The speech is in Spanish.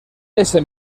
ese